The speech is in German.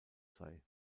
sei